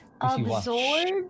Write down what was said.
Absorbed